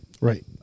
Right